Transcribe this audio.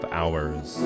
hours